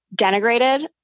denigrated